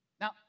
Now